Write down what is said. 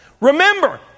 Remember